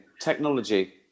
Technology